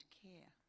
care